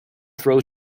throw